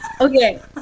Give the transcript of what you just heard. Okay